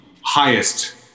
highest